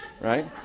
right